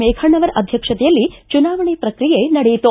ಮೇಘಣ್ಣವರ ಅಧ್ಯಕ್ಷತೆಯಲ್ಲಿ ಚುನಾವಣೆ ಪ್ರಕ್ರಿಯೆ ನಡೆಯಿತು